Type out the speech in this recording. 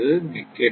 மிக்க நன்றி